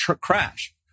crash